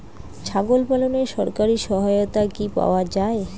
ছাগল পালনে সরকারি সহায়তা কি পাওয়া যায়?